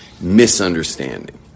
misunderstanding